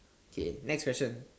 okay next question